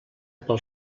pel